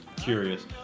curious